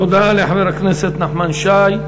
תודה לחבר הכנסת נחמן שי.